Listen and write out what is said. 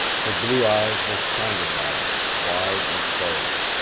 her blue eyes were shining at him, wide and startled.